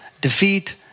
defeat